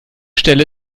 stelle